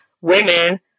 women